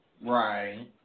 Right